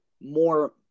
more